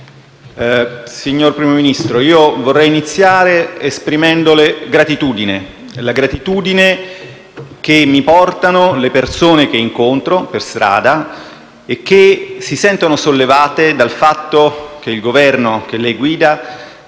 Signor Presidente del Consiglio, vorrei iniziare esprimendole gratitudine, la gratitudine che mi portano le persone che incontro per strada, le quali si sentono sollevate dal fatto che il Governo che lei guida